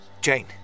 Jane